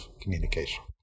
communication